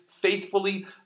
faithfully